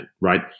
right